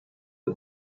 did